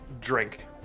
Drink